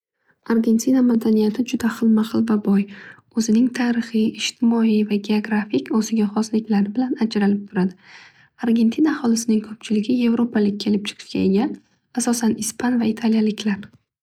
Argentina madaniyati juda xilma xil va boy. O'zining tarixiy, ijtimoiy va geografik o'ziga xosliklari bilan ajralib turadi. Argentina aholisining ko'pchiligi yevropalik kelib chiqishga ega asosan ispan va italiyaliklar.